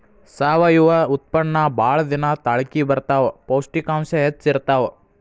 ಸಾವಯುವ ಉತ್ಪನ್ನಾ ಬಾಳ ದಿನಾ ತಾಳಕಿ ಬರತಾವ, ಪೌಷ್ಟಿಕಾಂಶ ಹೆಚ್ಚ ಇರತಾವ